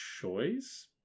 choice